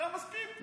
אתה מסכים איתו.